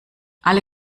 alle